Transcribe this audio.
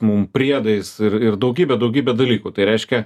mum priedais ir ir daugybė daugybė dalykų tai reiškia